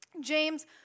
James